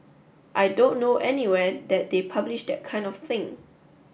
I don't know anywhere that they publish that kind of thing